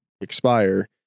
expire